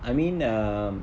I mean um